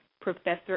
Professor